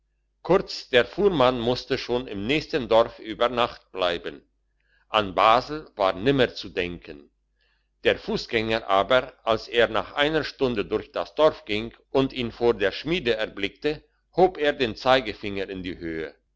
kurz der fuhrmann musste schon im nächsten dorf über nacht bleiben an basel war nimmer zu denken der fussgänger aber als er nach einer stunde durch das dorf ging und ihn vor der schmiede erblickte hob er den zeigfinger in die höhe